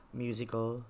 musical